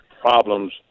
problems